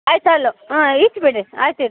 ಆಯ್ತು ಹಾಂ ಇಟ್ಟುಬಿಡ್ರಿ ಆಯ್ತು ಇಡಿರಿ